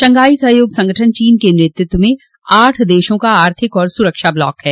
Shanghai सहयोग संगठन चीन के नेतृत्व में आठ देशों का आर्थिक और सुरक्षा ब्लॉक है